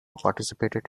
participated